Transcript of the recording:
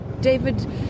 David